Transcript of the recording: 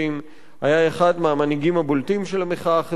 היה אחד מהמנהיגים הבולטים של המחאה החברתית הזאת.